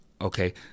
Okay